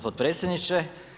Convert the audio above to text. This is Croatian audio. potpredsjedniče.